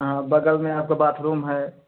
हाँ बगल में आपका बाथरूम है